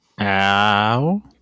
Ow